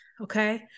Okay